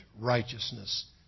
righteousness